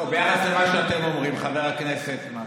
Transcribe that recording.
לא, ביחס למה שאתם אומרים, חבר הכנסת מרגי.